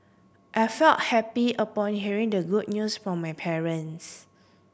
I felt happy upon hearing the good news from my parents